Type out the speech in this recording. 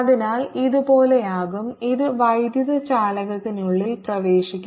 അതിനാൽ ഇത് പോലെയാകും ഇത് വൈദ്യുതചാലകത്തിനുള്ളിൽ പ്രവേശിക്കില്ല